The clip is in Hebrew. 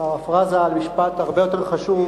בפרפראזה על משפט הרבה יותר חשוב,